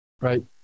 right